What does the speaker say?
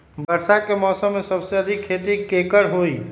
वर्षा के मौसम में सबसे अधिक खेती केकर होई?